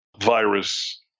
virus